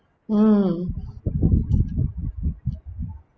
mm